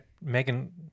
Megan